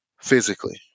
physically